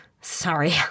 Sorry